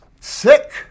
Sick